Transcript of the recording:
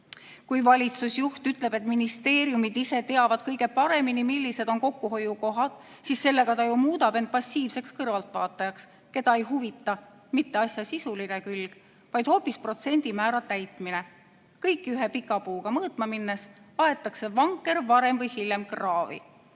Kui valitsusjuht ütleb, et ministeeriumid ise teavad kõige paremini, millised on kokkuhoiukohad, siis sellega ta ju muudab end passiivseks kõrvaltvaatajaks, keda ei huvita mitte asja sisuline külg, vaid hoopis protsendimäära täitmine. Kõiki ühe pika puuga mõõtma minnes aetakse vanker varem või hiljem kraavi.